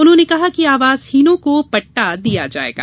उन्होंने कहा कि आवासहीनों का पट्टा दिया जायेगा